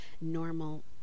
normal